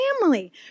family